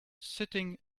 sitting